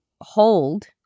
hold